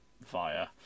via